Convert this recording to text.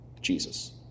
Jesus